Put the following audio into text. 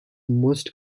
most